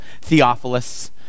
Theophilus